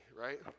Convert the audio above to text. right